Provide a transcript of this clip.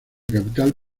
capital